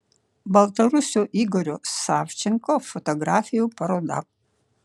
baltarusio igorio savčenko fotografijų paroda